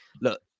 look